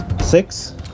Six